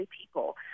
people